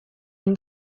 une